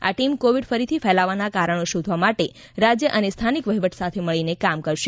આ team Covid ફરીથી ફેલાવાનાં કારણો શોધવા માટે રાજ્ય અને સ્થાનિક વહીવટ સાથે મળીને કામ કરશે